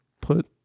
put